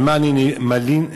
על מה אני מלין בכלל?